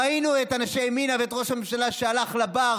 ראינו את אנשי ימינה ואת ראש הממשלה, שהלך לבר